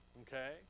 okay